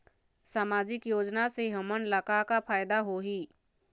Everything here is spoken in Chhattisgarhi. सामाजिक योजना से हमन ला का का फायदा होही?